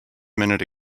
minute